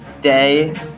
day